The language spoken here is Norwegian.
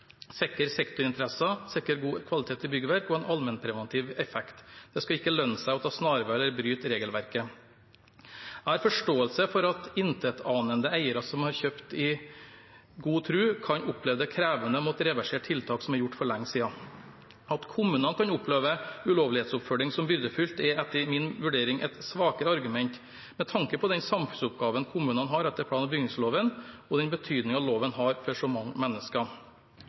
sektorinteresser, sikre god kvalitet i byggverk og ha en allmennpreventiv effekt. Det skal ikke lønne seg å ta snarveier eller bryte regelverket. Jeg har forståelse for at intetanende eiere som har kjøpt i god tro, kan oppleve det krevende å måtte reversere tiltak som er gjort for lenge siden. At kommunene kan oppleve ulovlighetsoppfølging som byrdefullt, er etter min vurdering et svakere argument, med tanke på den samfunnsoppgaven kommunene har etter plan- og bygningsloven, og den betydningen loven har for så mange mennesker.